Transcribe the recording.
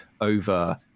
over